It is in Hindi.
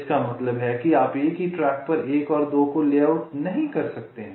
इसका मतलब है कि आप एक ही ट्रैक पर 1 और 2 को लेआउट नहीं कर सकते हैं